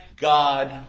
God